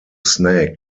snake